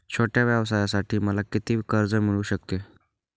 छोट्या व्यवसायासाठी मला किती कर्ज मिळू शकते?